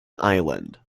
island